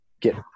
get